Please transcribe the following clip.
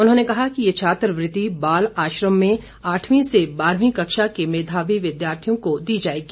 उन्होंने कहा कि ये छात्रवृत्ति बाल आश्रम में आठवीं से बारहवीं कक्षा के मेधावी विद्यार्थियों को दी जाएगी